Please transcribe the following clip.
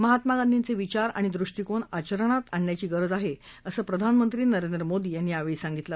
महात्मा गांधींचे विचार आणि दृष्टीकोन आचरणात आणण्याची गरज आहे असं प्रधानमंत्री नरेंद्र मोदी यांनी यावेळी सांगितलं